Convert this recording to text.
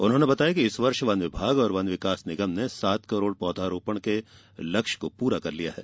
उन्होंने बताया कि इस वर्ष वन विभाग और वन विकास निगम ने सात करोड़ पौधा रोपण के लक्ष्य को पूरा कर लिया है